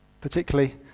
particularly